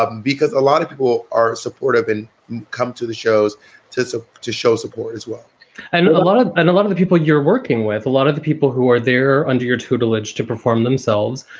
ah because a lot of people are supportive and come to the shows to so to show support as well and a lot of and a lot of the people you're working with, a lot of the people who are there under your tutelage to perform themselves,